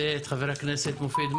חבר הכנסת מופיד,